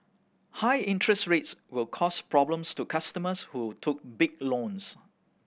high interest rates will cause problems to customers who took big loans